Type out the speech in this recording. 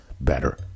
better